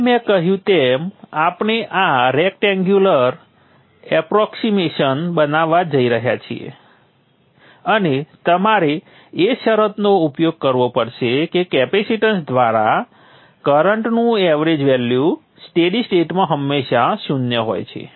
હવે મેં કહ્યું તેમ આપણે આ રેક્ટેંગ્યુલર એપ્રોક્સિમેશન બનાવવા જઈ રહ્યા છીએ અને તમારે એ શરતનો ઉપયોગ કરવો પડશે કે કેપેસીટન્સ દ્વારા કરંટનું એવરેજ વેલ્યુ સ્ટેડી સ્ટેટમાં હંમેશા શૂન્ય હોય છે